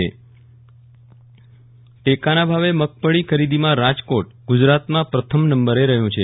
વિરલ રાણા મગફળી ખરીદી ટેકાના ભાવે મગફળી ખરીદીમાં રાજકોટ ગુજરાતમાં પ્રથમ નંબરે રહ્યું છે